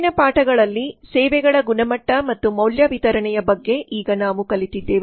ಹಿಂದಿನ ಪಾಠಗಳಲ್ಲಿ ಸೇವೆಗಳ ಗುಣಮಟ್ಟ ಮತ್ತು ಮೌಲ್ಯ ವಿತರಣೆಯ ಬಗ್ಗೆ ಈಗ ನಾವು ಕಲಿತಿದ್ದೇವೆ